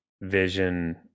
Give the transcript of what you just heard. vision